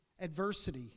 adversity